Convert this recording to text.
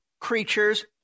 creatures